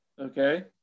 okay